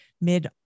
mid